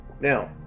Now